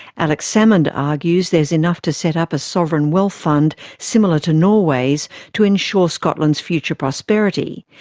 alex salmond argues there's enough to set up a sovereign wealth fund similar to norway's to ensure scotland's future prosperity,